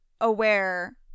aware